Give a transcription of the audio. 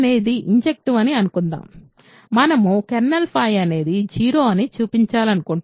అనేది ఇన్జెక్టివ్ అని అనుకుందాం మనము కెర్నల్ అనేది 0 అని చూపించాలనుకుంటున్నాము